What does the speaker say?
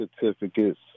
certificates